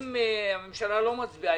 אם הממשלה לא מצביעה,